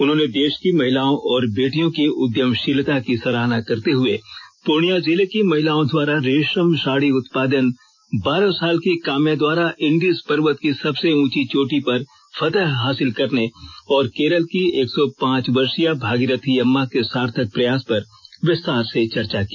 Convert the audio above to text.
उन्होंने देष की महिलाओं और बेटियों की उद्यमषीलता की सराहना करते हुए पूर्णिया जिले की महिलाओं द्वारा रेषम साड़ी उत्पादन बारह साल की काम्या द्वारा इंडिज पर्वत की सबसे उंची चोटी पर फतह हासिल करने और केरल की एक सौ पांच वर्षीय भागीरथी अम्मा के सार्थक प्रयास पर विस्तार से चर्चा की